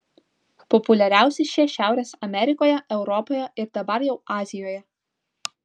populiariausi šie šiaurės amerikoje europoje ir dabar jau azijoje